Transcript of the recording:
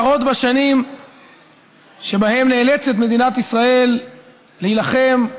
במשך עשרות שנים שבהן נאלצת מדינת ישראל להילחם,